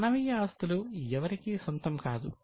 మానవీయ ఆస్తులు ఎవరికి సొంతం కాదు